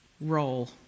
role